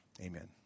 Amen